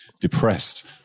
depressed